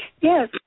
Yes